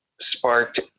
sparked